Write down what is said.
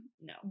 No